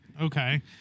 Okay